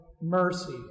mercy